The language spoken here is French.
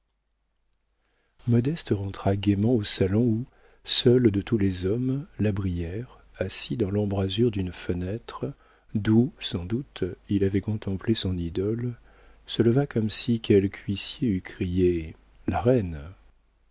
modeste rentra gaiement au salon où seul de tous les hommes la brière assis dans l'embrasure d'une fenêtre d'où sans doute il avait contemplé son idole se leva comme si quelque huissier eût crié la reine